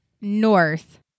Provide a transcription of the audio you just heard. north